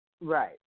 Right